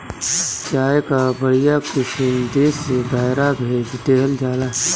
चाय कअ बढ़िया किसिम देस से बहरा भेज देहल जाला